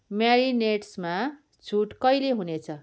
मेरिनेड्समा छुट कहिले हुनेछ